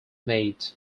made